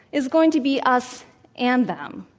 it's going to be us and them.